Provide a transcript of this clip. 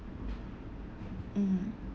mm